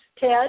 Ted